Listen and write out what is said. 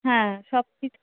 হ্যাঁ সব কিছু